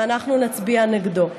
ואנחנו נצביע נגדה.